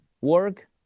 work